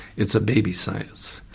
it's a baby science.